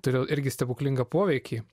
turi irgi stebuklingą poveikį